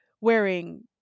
wearing